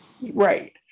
Right